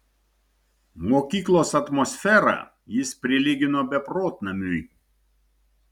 mokyklos atmosferą jis prilygino beprotnamiui